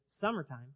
summertime